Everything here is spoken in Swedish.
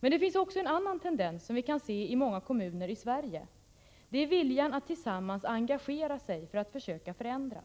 Men det finns också en annan tendens, som vi kan se i många kommuner i Sverige. Det är viljan att tillsammans engagera sig för att försöka förändra.